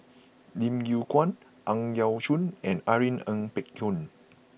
Lim Yew Kuan Ang Yau Choon and Irene Ng Phek Hoong